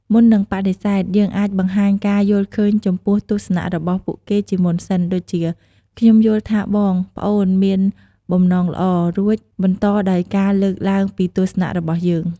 មុននឹងបដិសេធ យើងអាចបង្ហាញការយល់ឃើញចំពោះទស្សនៈរបស់ពួកគេជាមុនសិន ដូចជា "ខ្ញុំយល់ថាបង/ប្អូនមានបំណងល្អ" រួចបន្តដោយការលើកឡើងពីទស្សនៈរបស់យើង។